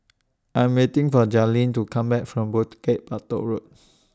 I'm waiting For Jazlene to Come Back from Bukit Batok Road